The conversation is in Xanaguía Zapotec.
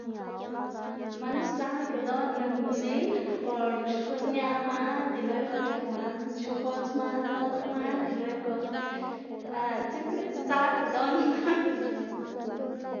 man sdzaꞌlda ldoꞌná nak mzin por xkuꞌn ñaꞌ man y luego c̲h̲ap man xkodz man, noꞌl man y luego simplemente sdzaꞌlda ldoꞌná man.